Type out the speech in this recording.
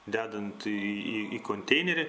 dedant į į į konteinerį